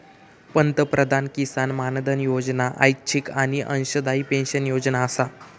पंतप्रधान किसान मानधन योजना ऐच्छिक आणि अंशदायी पेन्शन योजना आसा